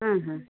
ஆ ஹான்